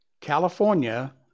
California